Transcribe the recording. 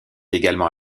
également